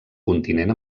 continent